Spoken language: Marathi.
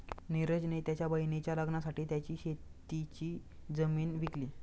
निरज ने त्याच्या बहिणीच्या लग्नासाठी त्याची शेतीची जमीन विकली